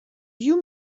you